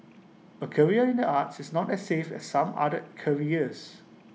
A career in the arts is not as safe as some other careers